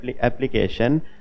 application